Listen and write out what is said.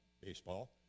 baseball